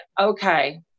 okay